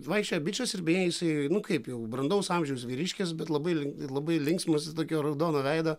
vaikščioja bičas ir beje jisai nu kaip jau brandaus amžiaus vyriškis bet labai labai linksmas jis tokio raudono veido